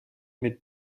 mit